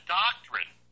doctrine